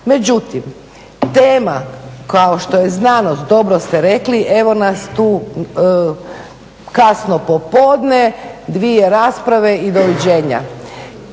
Međutim, tema kao što je znanost dobro ste rekli evo nas tu kasno popodne, dvije rasprave i doviđenja.